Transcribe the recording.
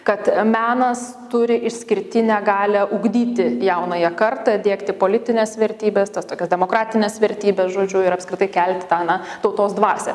kad menas turi išskirtinę galią ugdyti jaunąją kartą diegti politines vertybes tas tokias demokratines vertybes žodžiu ir apskritai kelti tą na tautos dvasią